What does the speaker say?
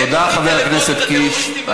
תודה, חבר הכנסת קיש.